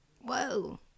whoa